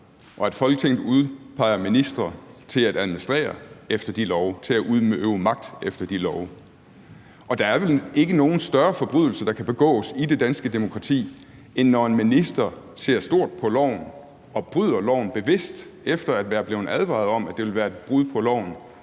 og at Folketinget udpeger ministre til at administrere efter de love, til at udøve magt efter de love, og der er vel ikke nogen større forbrydelse, der kan begås i det danske demokrati, end når en minister ser stort på loven og bryder loven bevidst efter at være blevet advaret om, at det vil være et brud på loven,